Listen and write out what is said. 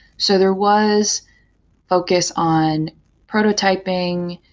so there was focus on prototyping,